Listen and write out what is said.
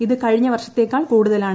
ഇത് കഴിഞ്ഞ വർഷത്തേക്കാൾ കൂടുതലാണ്